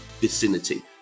vicinity